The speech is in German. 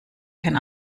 kein